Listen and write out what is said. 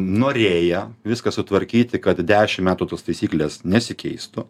norėję viską sutvarkyti kad dešim metų tos taisyklės nesikeistų